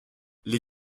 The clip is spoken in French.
les